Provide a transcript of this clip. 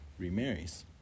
remarries